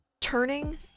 Turning